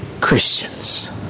Christians